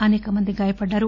అసేక మంది గాయపడ్లారు